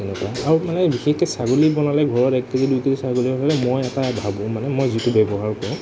তেনেকুৱা আৰু মানে বিশেষকৈ ছাগলী বনালে ঘৰত এক কেজি দুই কেজি ছাগলী বনালে মই এটা ভাবোঁ মানে মই যিটো ব্যৱহাৰ কৰোঁ